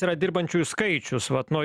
yra dirbančiųjų skaičius vat nuo